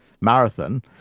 Marathon